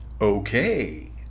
Okay